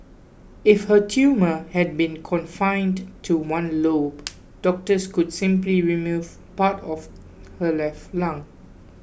if her tumour had been confined to one lobe doctors could simply remove part of her left lung